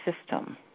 system